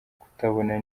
kutabona